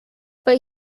but